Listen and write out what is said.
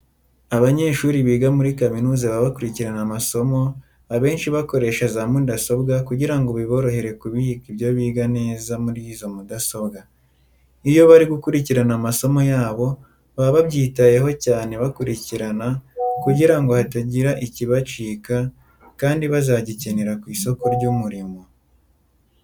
Abanyeshuri biga muri kaminuza baba bakurikirana amasomo abenshi bakoresha za mudasoba kugirango biborohere kubica ibyo biga neza muri izo mudasobwa. Iyo bari gukurikirana amasomo yabo baba babyitayeho cyane bakurikirana kugirango hatagira ikibacika kandi bazagikenera ku isoko ry'umurimo.